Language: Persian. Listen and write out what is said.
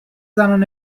زنان